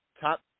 top